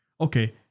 okay